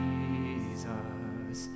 Jesus